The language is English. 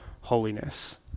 holiness